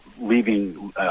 leaving